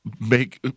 Make